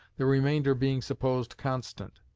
the remainder being supposed constant.